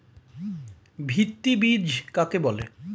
ভিত্তি বীজ কাকে বলে?